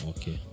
Okay